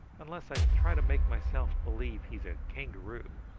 unless i try to make myself believe he's a kangaroo.